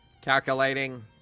Calculating